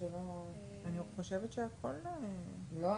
ובזה אני מבין טוב מאוד ופה אני אומר לכם, אתם